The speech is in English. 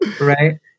right